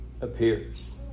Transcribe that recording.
appears